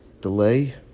delay